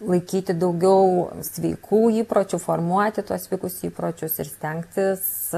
laikyti daugiau sveikų įpročių formuoti tuos sveikus įpročius ir stengtis